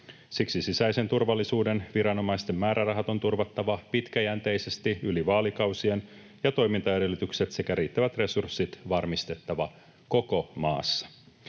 Siksi sisäisen turvallisuuden viranomaisten määrärahat on turvattava pitkäjänteisesti yli vaalikausien ja toimintaedellytykset sekä riittävät resurssit varmistettava koko maassa.